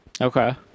Okay